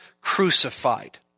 crucified